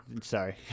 sorry